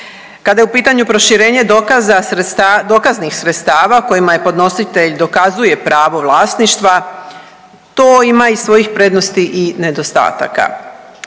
.../nerazumljivo/... dokaznih sredstava kojima je podnositelj dokazuje pravo vlasništva, to ima i svojih prednosti i nedostataka.